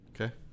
Okay